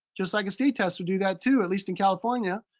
just like a state test would do that too, at least in california.